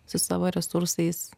su savo resursais